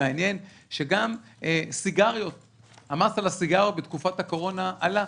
שגם המס על הסיגריות בתקופת הקורונה עלה.